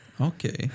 Okay